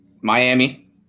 Miami